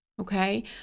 okay